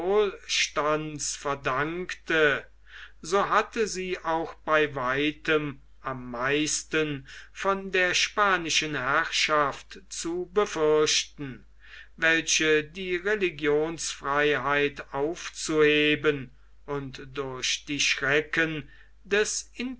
wohlstandes verdankte so hatte sie auch bei weitem am meisten von der spanischen herrschaft zu befürchten welche die religionsfreiheit aufzuheben und durch die schrecken des